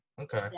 okay